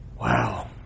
Wow